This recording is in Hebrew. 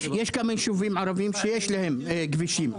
יש כמה יישובים ערבים שיש להם כבישים,